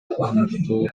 кылмыштуу